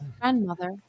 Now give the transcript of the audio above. grandmother